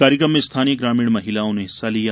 कार्यक्रम में स्थानीय ग्रामीण महिलाओं ने हिस्सा लिया